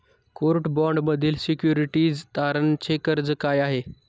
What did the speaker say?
Court बाँडमधील securities तारणाचे कार्य काय आहे?